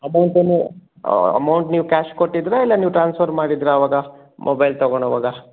amount amount ನೀವು cash ಕೊಟ್ಟಿದ್ದಿರಾ ಇಲ್ಲ ನೀವು ಟ್ರಾನ್ಸ್ಫರ್ ಮಾಡಿದ್ದಿರಾ ಅವಾಗ ಮೊಬೈಲ್ ತಗೊಳೊವಾಗ